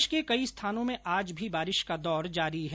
प्रदेश के कई स्थानों में आज भी बारिश का दौर जारी है